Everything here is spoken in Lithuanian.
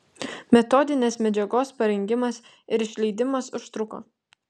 metodinės medžiagos parengimas ir išleidimas užtruko